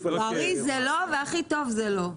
בריא זה לא, והכי טוב זה לא.